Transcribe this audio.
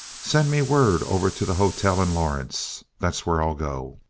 send me word over to the hotel in lawrence. that's where i'll go.